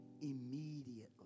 immediately